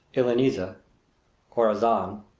iliniza corazon